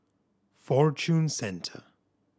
Fortune Centre